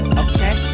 okay